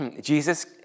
Jesus